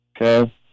Okay